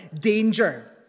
danger